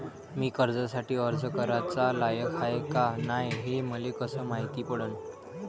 मी कर्जासाठी अर्ज कराचा लायक हाय का नाय हे मले कसं मायती पडन?